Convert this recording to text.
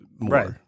right